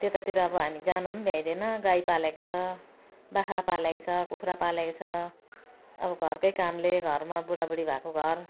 त्यतातिर अब हामी जानु पनि भ्याइँदैन गाई पालेको छ बाख्रा पालेको छ कुखुरा पालेको छ अब घरकै कामले घरमा बुढाबुढी भएको घर